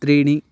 त्रीणि